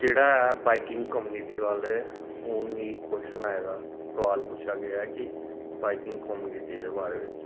जेह्ड़ा ऐ biking community वाले हून मिगी क्वश्चन आए दा सुआल पुच्छा गेआ ऐ कि बाइकिंग कम्युनिटी दे बारे बिच